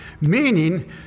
meaning